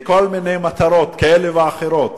לכל מיני מטרות כאלה ואחרות?